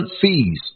fees